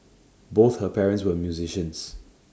both her parents were musicians